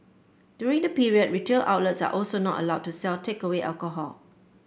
during the period retail outlets are also not allowed to sell takeaway alcohol